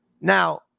now